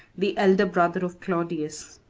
the elder brother of claudius.